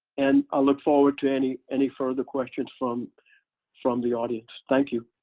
and i look forward to any any further questions from from the audience. thank you